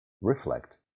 reflect